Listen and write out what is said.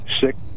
six